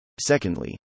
Secondly